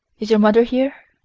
is your mother here?